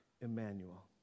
Emmanuel